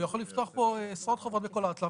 הוא יכול לפתוח עשרות חובות בכל הארץ,